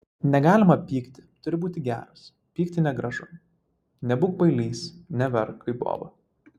negalima pykti turi būti geras pykti negražu nebūk bailys neverk kaip boba